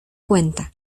cuenta